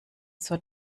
zur